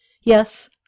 Yes